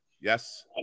Yes